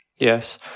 Yes